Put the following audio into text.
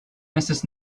mrs